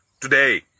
today